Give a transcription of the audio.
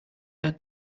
der